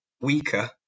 weaker